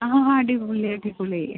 ആ അടിപൊളി അടിപൊളി